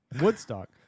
Woodstock